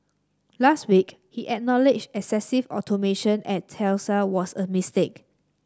last week he excessive automation at Tesla was a mistake